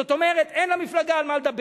זאת אומרת שאין למפלגה על מה לדבר,